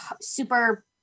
super